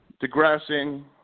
digressing